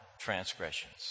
transgressions